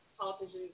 politicians